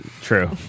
True